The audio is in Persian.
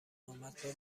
امدبه